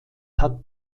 hat